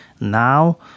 Now